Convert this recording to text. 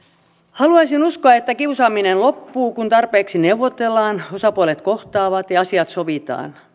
haluaisin uskoa että kiusaaminen loppuu kun tarpeeksi neuvotellaan osapuolet kohtaavat ja asiat sovitaan